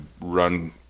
run